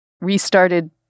restarted